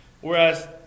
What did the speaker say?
whereas